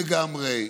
אטום לגמרי.